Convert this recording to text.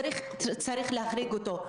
צריך להחריג אותו,